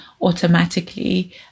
automatically